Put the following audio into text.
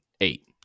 eight